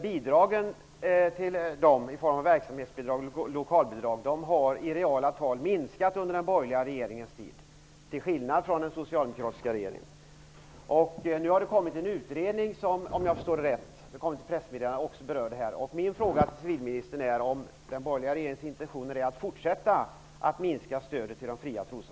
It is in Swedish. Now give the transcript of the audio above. Bidragen, i form av verksamhetsbidrag och lokalbidrag, har i reala tal minskat under den borgerliga regeringens tid, till skillnad från under socialdemokratiska regeringars tid. Om jag har förstått ett pressmeddelande rätt har det nu kommit en utredning om detta.